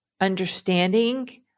understanding